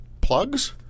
plugs